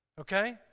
okay